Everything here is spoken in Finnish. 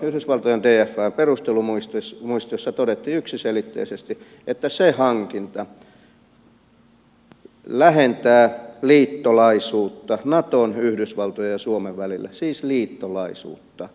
yhdysvaltojen dfan perustelumuistiossa todettiin yksiselitteisesti että se hankinta lähentää liittolaisuutta naton yhdysvaltojen ja suomen välillä siis liittolaisuutta